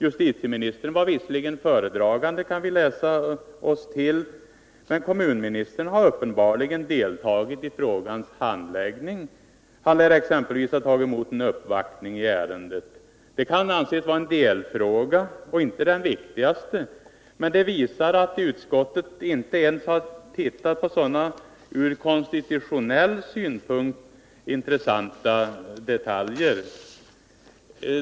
Justitieministern var visserligen föredragande, kan vi läsa oss till, men kommunministern har uppenbarligen deltagit i frågans handläggning. Han lär exempelvis ha tagit emot en uppvaktning i ärendet. Det kan anses vara en delfråga och inte den viktigaste, men det visar att utskottet inte ens har tittat på sådana ur konstitutionell synpunkt intressanta detaljer.